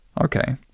Okay